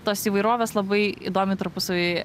tos įvairovės labai įdomiai tarpusavy